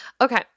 Okay